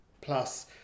plus